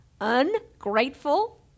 ungrateful